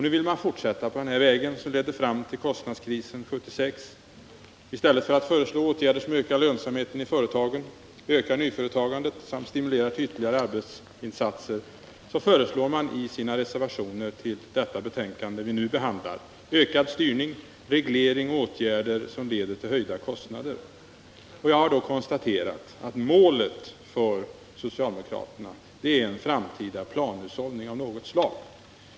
Nu vill man fortsätta på den vägen, som ledde fram till kostnadskrisen 1976. I stället för att föreslå åtgärder som ökar lönsamheten i företagen, ökar nyföretagandet samt stimulerar till ytterligare arbetsinsatser föreslår man i sina reservationer till det betänkande som vi nu behandlar ökad styrning samt regleringar och åtgärder som leder till höjda kostnader. Jag har då konstaterat att målet för socialdemokraterna är en framtida planhushållning av något slag.